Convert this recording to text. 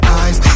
eyes